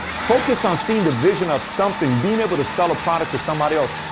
focus on seeing the vision of something being able to sell a product to somebody else.